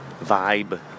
vibe